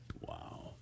Wow